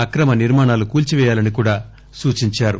అక్రమ నిర్మాణాలు కూల్చిపేయాలని కూడా సూచించారు